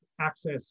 access